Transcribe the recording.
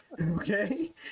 Okay